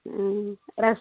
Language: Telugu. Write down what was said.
రస్